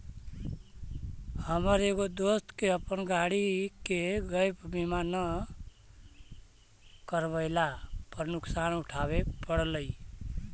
हमर एगो दोस्त के अपन गाड़ी के गैप बीमा न करवयला पर नुकसान उठाबे पड़लई